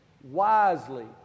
wisely